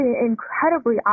incredibly